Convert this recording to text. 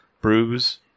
bruise